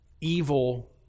evil